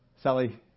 Sally